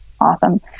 awesome